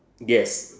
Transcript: yes